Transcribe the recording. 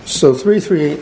so three three